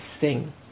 sing